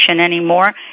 anymore